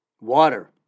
Water